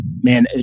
Man